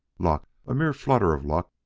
luck, a mere flutter of luck,